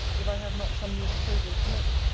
if i have not some new proposals to make?